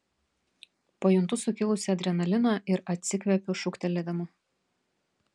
pajuntu sukilusį adrenaliną ir atsikvepiu šūktelėdama